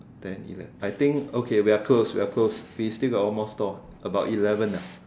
ten eleven I think okay we are close we are close we still got one more store about eleven lah